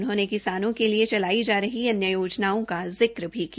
उन्होंने किसानों के लिए चलाई जा रही अन्य योजनाओं का जिक्र भी किया